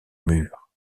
mur